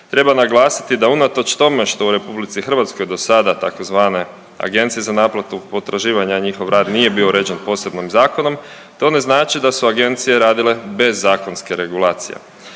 Treba naglasiti da unatoč tome što u Republici Hrvatskoj do sada tzv. Agencije za naplatu potraživanja njihov rad nije bio uređen posebnim zakonom to ne znači da su agencije radile bez zakonske regulacije.